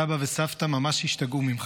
סבא וסבתא ממש השתגעו ממך.